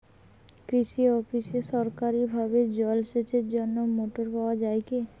কৃষি অফিসে সরকারিভাবে জল সেচের জন্য মোটর পাওয়া যায় কি?